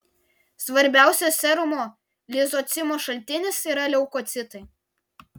svarbiausias serumo lizocimo šaltinis yra leukocitai